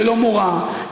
ללא מורא,